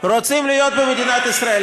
רוצים להיות במדינת ישראל.